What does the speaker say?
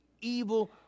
evil